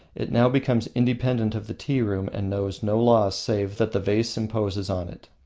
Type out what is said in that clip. it now becomes independent of the tea-room and knows no law save that the vase imposes on it.